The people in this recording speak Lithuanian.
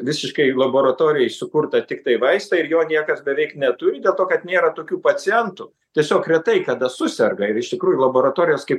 visiškai laboratorijoj sukurta tiktai vaistą ir jo niekas beveik neturi dėl to kad nėra tokių pacientų tiesiog retai kada suserga ir iš tikrųjų laboratorijos kaip